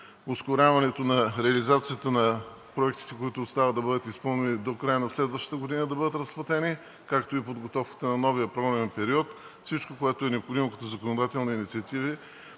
ускоряването на реализацията на проектите, които остава да бъдат изпълнени до края на следващата година и да бъдат разплатени, както и подготовката на новия програмен период – всичко, което е необходимо като законодателни инициативи,